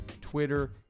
Twitter